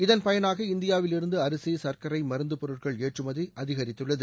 இதன் பயனாக இந்தியாவிலிருந்து அரசி சர்க்கரை மருந்துப்பொருட்கள் ஏற்றுமதி அதிகரித்துள்ளது